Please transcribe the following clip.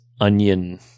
onion